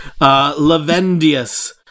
Lavendius